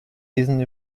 diesen